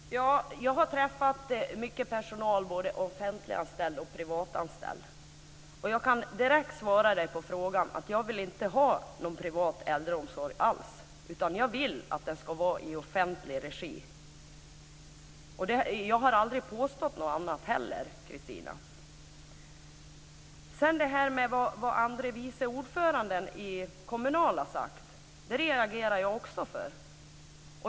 Herr talman! Jag har träffat mycket personal, både offentliganställd och privatanställd. Jag kan direkt svara på frågan: Jag vill inte ha någon privat äldreomsorg alls, utan jag vill att den ska vara i offentlig regi. Jag har aldrig påstått något annat heller. Vad andre vice ordföranden i Kommunal har sagt reagerade jag också för.